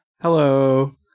Hello